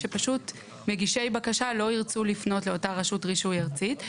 שפשוט מגישי בקשה לא ירצו לפנות לאותה רשות רישוי ארצית.